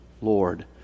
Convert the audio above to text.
Lord